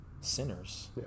sinners